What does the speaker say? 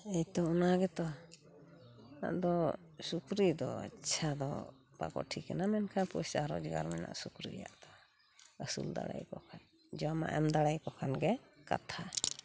ᱤᱭᱛᱚ ᱚᱱᱟᱜᱮᱛᱚ ᱟᱫᱚ ᱥᱩᱠᱨᱤ ᱫᱚ ᱟᱪᱪᱷᱟ ᱫᱚ ᱵᱟᱠᱚ ᱴᱷᱤᱠᱟᱱᱟ ᱢᱮᱱᱠᱷᱟᱱ ᱯᱚᱭᱥᱟ ᱨᱚᱡᱽᱜᱟᱨ ᱢᱮᱱᱟᱜᱼᱟ ᱥᱩᱠᱨᱤᱭᱟᱜ ᱫᱚ ᱟᱹᱥᱩᱞ ᱫᱟᱲᱮᱟᱠᱚ ᱠᱷᱟᱱ ᱡᱚᱢᱟᱜ ᱮᱢ ᱫᱟᱲᱮᱭᱟᱠᱚ ᱠᱷᱟᱱ ᱜᱮ ᱠᱟᱛᱷᱟ